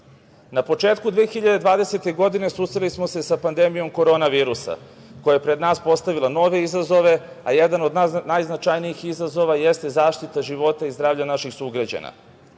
početku 2020. godine susreli smo se sa pandemijom korona virusa koja je pred nas postavila nove izazove, a jedan od najznačajnijih izazova jeste zaštita života i zdravlja naših sugrađana.